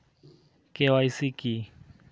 KYC কী?